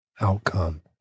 outcome